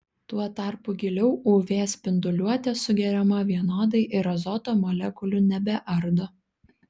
tuo tarpu giliau uv spinduliuotė sugeriama vienodai ir azoto molekulių nebeardo